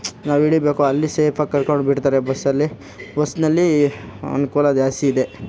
ನಾವು ಇಳಿಬೇಕೋ ಅಲ್ಲಿ ಸೇಫಾಗಿ ಕರ್ಕೊಂಡು ಬಿಡ್ತಾರೆ ಬಸ್ಸಲ್ಲಿ ಬಸ್ನಲ್ಲಿ ಅನುಕೂಲ ಜಾಸ್ತಿ ಇದೆ